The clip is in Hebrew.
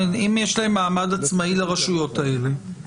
אם יש לרשויות האלה מעמד עצמאי,